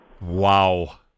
Wow